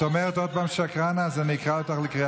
אתה יודע שאני יכולה לתבוע אותך על זה שאתה שקרן?